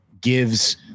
gives